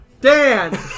Dan